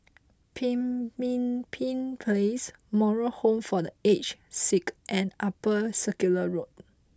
Pemimpin Place Moral Home for The Aged Sick and Upper Circular Road